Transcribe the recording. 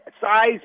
size